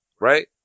right